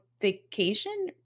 vacation